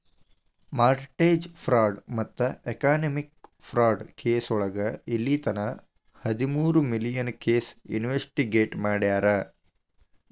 mortgage fraud ಮತ್ತ economic fraud ಕೆಸೋಳಗ ಇಲ್ಲಿತನ ಹದಮೂರು ಮಿಲಿಯನ್ ಕೇಸ್ ಇನ್ವೆಸ್ಟಿಗೇಟ್ ಮಾಡ್ಯಾರ